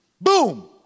Boom